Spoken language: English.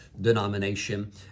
denomination